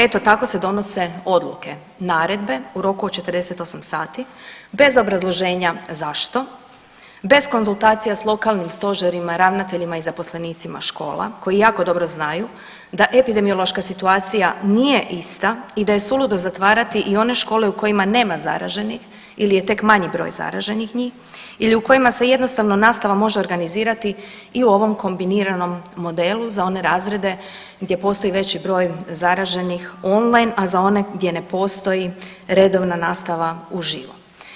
Eto tako se odnose odluke, naredbe u roku od 48 sati bez obrazloženja zašto, bez konzultacija s lokalnim stožerima, ravnateljima i zaposlenicima škola koji jako dobro znaju da epidemiološka situacija nije ista i da je suludo zatvarati i one škole u kojima nema zaraženih ili je tek manjih broj zaraženih njih ili u kojima se jednostavno nastava može organizirati i u ovom kombiniranom modelu za one razrede gdje postoji veći broj zaraženih on line, a za one gdje ne postoji redovna nastava u živo.